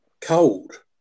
cold